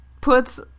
puts